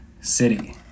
city